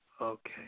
Okay